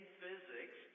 physics